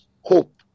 hope